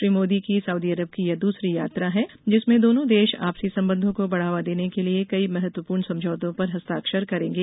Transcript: श्री मोदी की Saudi Arab की यह दूसरी यात्रा है जिसमें दोनों देश आपसी सम्बंधों को बढ़ावा देने के लिए कई महत्वपूर्ण समझौतों पर हस्तोक्षर करेंगे